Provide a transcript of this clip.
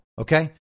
Okay